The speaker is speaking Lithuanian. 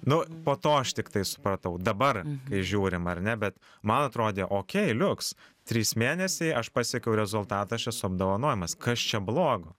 nu po to aš tiktai supratau dabar kai žiūrim ar ne bet man atrodė okei liuks trys mėnesiai aš pasiekiau rezultatą aš esu apdovanojamas kas čia blogo